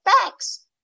facts